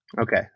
Okay